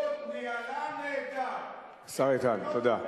ההסתדרות ניהלה נהדר את קרנות הפנסיה